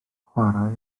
chwarae